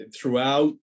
throughout